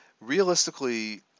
realistically